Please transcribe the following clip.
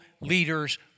leaders